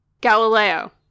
Galileo